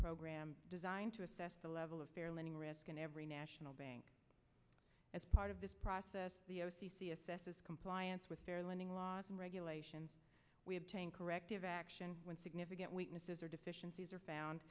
program designed to assess the level of their lending risk in every national bank as part of this process the o c c assesses compliance with their lending laws and regulation we obtain corrective action when significant weaknesses are deficiencies are found